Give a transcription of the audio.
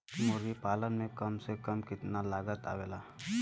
मुर्गी पालन में कम से कम कितना लागत आवेला?